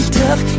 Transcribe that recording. tough